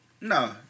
No